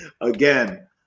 Again